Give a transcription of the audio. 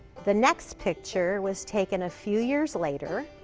the next picture was taken a few years later.